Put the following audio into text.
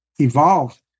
evolve